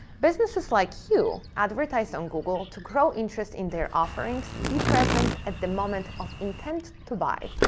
businesses like you advertise on google to grow interest in their offerings, be present at the moment of intent to buy,